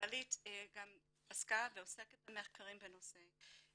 הכללית עסקה ועוסקת במחקרים בנושא,